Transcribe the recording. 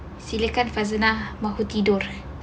silakan farzana mahu tidur lah